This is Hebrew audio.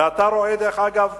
ואתה רואה, אגב,